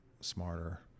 smarter